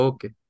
Okay